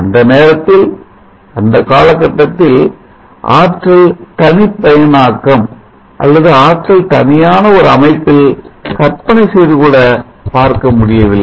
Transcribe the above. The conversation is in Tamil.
அந்த நேரத்தில் அந்த காலகட்டத்தில் ஆற்றல் தனிப்பயனாக்கம் அல்லது ஆற்றல் தனியான ஒரு அமைப்பில் கற்பனை செய்து கூட பார்க்க முடியவில்லை